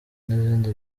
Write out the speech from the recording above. n’izindi